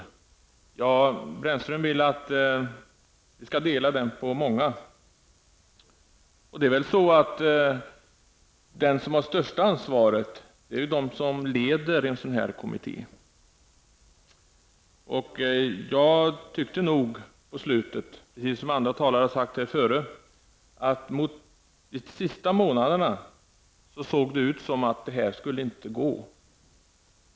Roland Brännström vill att vi skall dela den skulden på många. De som har det största ansvaret är ju de som leder en sådan här kommitté. Jag tyckte nog, liksom andra talare här, att det de sista månaderna såg ut som om detta inte skulle gå.